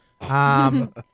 Um-